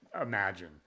imagine